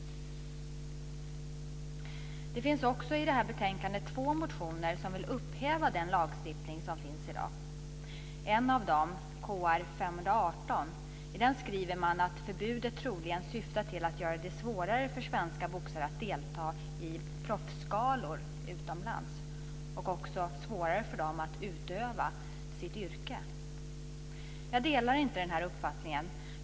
Det finns också i betänkandet två motioner som vill upphäva den lagstiftning som finns i dag. I en av dem, Kr518, skriver man att förbudet troligen syftar till att göra det svårare för svenska boxare att delta i proffsgalor utomlands, och också svårare för dem att utöva sitt yrke. Jag delar inte den uppfattningen.